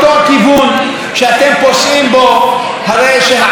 הרי שהעלטה תיפול על הדמוקרטיה הישראלית,